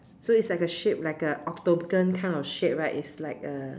so is like a shape like a octagon kind of shape right is like uh